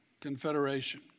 Confederation